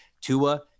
Tua